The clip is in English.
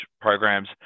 programs